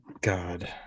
god